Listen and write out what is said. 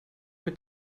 mit